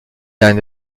d’un